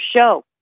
show